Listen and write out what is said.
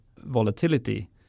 volatility